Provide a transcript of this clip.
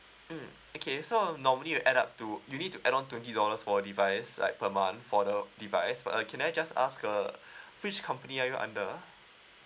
mm okay so um normally you add up to you'll need to add on twenty dollars for a device like per month for the device err can I just ask err which company are you under